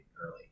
early